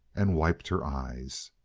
and wiped her eyes.